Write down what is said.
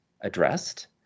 addressed